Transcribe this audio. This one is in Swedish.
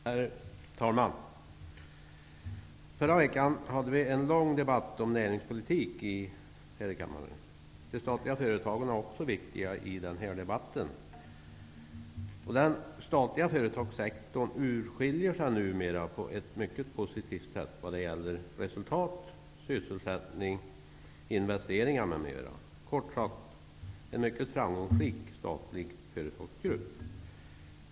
Herr talman! Förra veckan hade vi här i kammaren en lång debatt om näringspolitik. Också de statliga företagen är viktiga i denna debatt. Den statliga företagssektorn skiljer numera ut sig på ett mycket positivt sätt vad gäller resultat, sysselsättning, investeringar m.m. Vi har kort sagt en mycket framgångsrik statlig företagsgrupp.